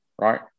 right